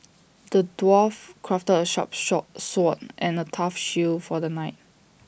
the dwarf crafted A sharp sword and A tough shield for the knight